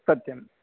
सत्यम्